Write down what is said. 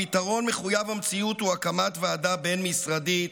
הפתרון מחויב המציאות הוא הקמת ועדה בין-משרדית